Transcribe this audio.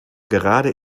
gerade